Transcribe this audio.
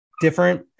different